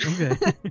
Okay